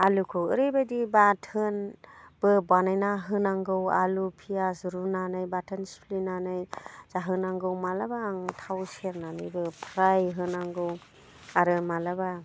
आलुखौ ओरैबायदि बाथोनबो बानायना होनांगौ आलु फियास रुनानै बाथोन सिफ्लेनानै जाहोनांगौ माब्लाबा आं थाव सेरनानैबो फ्राय होनांगौ आरो माब्लाबा